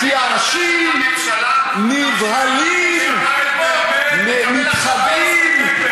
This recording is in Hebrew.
מתייאשים, נבהלים, מתחבאים,